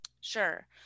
Sure